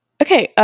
okay